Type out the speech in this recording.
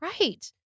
Right